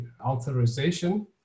authorization